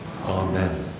Amen